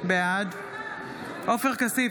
בעד עופר כסיף,